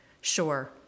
Sure